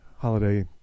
Holiday